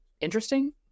interesting